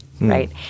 Right